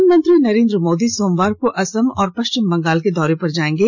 प्रधानमंत्री नरेन्द्र मोदी सोमवार को असम और पश्चिम बंगाल के दौरे पर जाएंगे